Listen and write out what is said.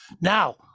now